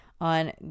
on